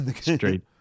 Straight